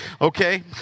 okay